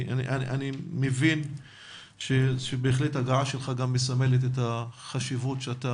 אני מבין שהדעה שלך מסמלת את החשיבות שאתה